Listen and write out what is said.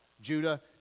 Judah